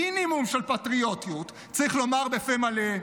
מינימום של פטריוטיות צריך לומר בפה מלא: